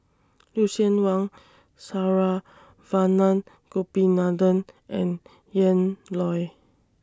Lucien Wang Saravanan Gopinathan and Ian Loy